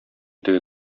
теге